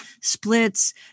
splits